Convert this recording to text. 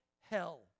hell